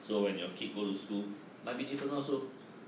so when your kid goes to school might be different also